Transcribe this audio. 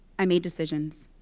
i made decisions.